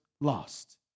lost